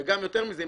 ויותר מזה,